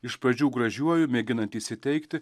iš pradžių gražiuoju mėginant įsiteikti